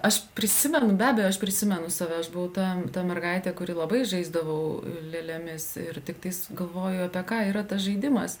aš prisimenu be abejo aš prisimenu save aš buvau ta ta mergaitė kuri labai žaisdavau lėlėmis ir tiktais galvoju apie ką yra tas žaidimas